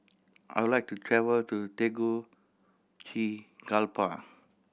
I would like to travel to Tegucigalpa